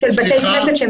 בתי כנסת,